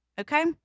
okay